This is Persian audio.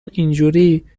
اینجوری